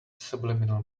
subliminal